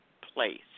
place